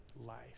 life